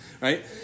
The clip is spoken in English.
right